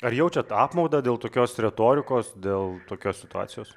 ar jaučiat apmaudą dėl tokios retorikos dėl tokios situacijos